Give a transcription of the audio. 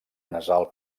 nasal